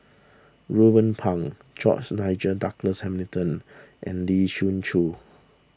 Ruben Pang George Nigel Douglas Hamilton and Lee Siew Choh